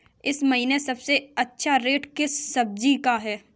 इस महीने सबसे अच्छा रेट किस सब्जी का है?